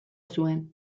zuen